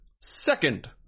Second